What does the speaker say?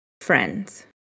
friends